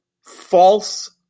false